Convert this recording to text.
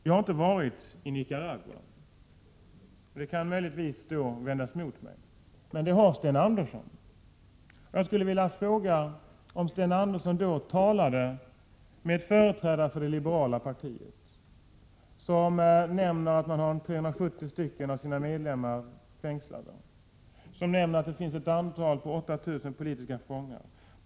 Jag har inte varit i Nicaragua, och det kan möjligtvis vändas mot mig. Men Sten Andersson har varit där. Jag skulle vilja fråga om Sten Andersson då talade med företrädare för det liberala partiet, som nämner att man har 370 av sina medlemmar fängslade och nämner att det finns 8 000 politiska fångar.